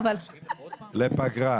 מתפגרת לפגרה?